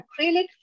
acrylic